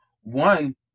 one